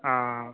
অ'